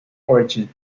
origin